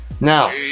Now